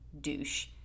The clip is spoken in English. douche